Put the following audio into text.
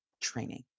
training